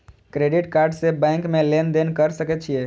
Credit card से bank में लेन देन कर सके छीये?